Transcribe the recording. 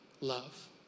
love